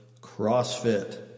Crossfit